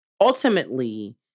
ultimately